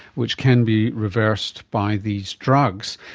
which can be reversed by these drugs.